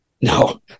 No